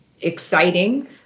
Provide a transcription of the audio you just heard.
exciting